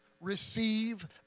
receive